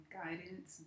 guidance